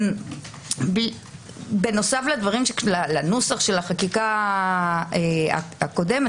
בנוסף לנוסח של החקיקה הקודמת,